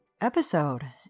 episode